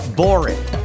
boring